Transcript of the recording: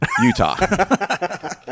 Utah